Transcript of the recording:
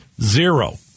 zero